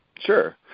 Sure